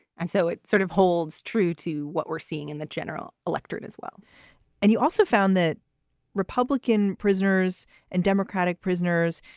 and so it sort of holds true to what we're seeing in the general electorate as well and you also found that republican prisoners and democratic prisoners,